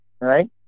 right